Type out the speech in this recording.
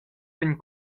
vegn